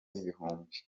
n‟ibihumbi